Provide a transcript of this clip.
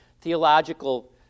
theological